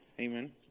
Amen